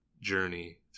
journey